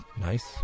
Nice